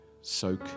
Soak